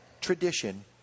tradition